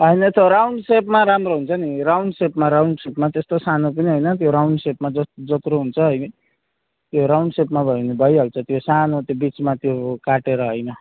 हैन त्यो राउन्ड सेपमा राम्रो हुन्छ नि राउन्ड सेपमा राउन्ड सेपमा त्यस्तो सानो पनि हैन त्यो राउन्ड सेपमा जस् जत्रो हुन्छ हैन त्यो राउन्ड सेपमा भयो भने भइहाल्छ त्यो सानो त्यो बिचमा त्यो काटेर हैन